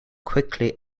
quickly